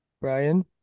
Brian